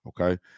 Okay